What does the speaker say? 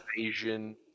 Asian